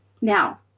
Now